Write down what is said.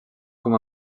com